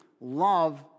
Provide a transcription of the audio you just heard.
love